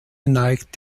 neigt